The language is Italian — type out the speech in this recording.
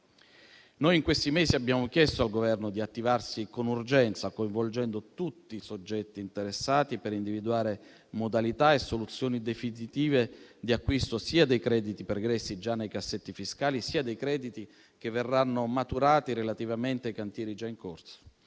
Noi in questi mesi abbiamo chiesto al Governo di attivarsi con urgenza, coinvolgendo tutti i soggetti interessati per individuare modalità e soluzioni definitive di acquisto sia dei crediti pregressi già nei cassetti fiscali, sia dei crediti che verranno maturati relativamente ai cantieri già in corso,